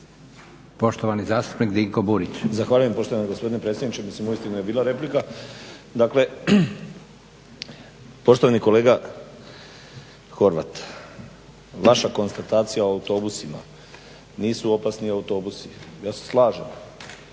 poštovani zastupnik Dinko Burić. **Burić, Dinko (HDSSB)** Zahvaljujem poštovani gospodine predsjedniče. Mislim, uistinu je bila replika. Dakle, poštovani kolega Horvat. Vaša konstatacija o autobusima nisu opasni autobusi. Ja se slažem.